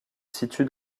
situe